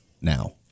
now